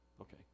Okay